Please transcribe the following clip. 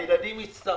הילדים הצטרפו,